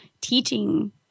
teaching